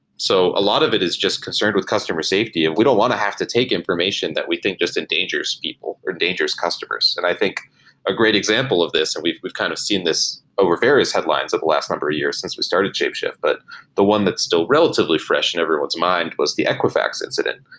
so a lot of it is just concerned with customer safety and we don't want to have to take information that we think just endangers people, or endangers customers and i think a great example of this and we've we've kind of seen this over various headlines at the last number of years since we started shapeshift, but the one that's still relatively fresh in everyone's mind was the equifax incident.